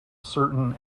certain